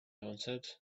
answered